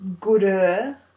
gooder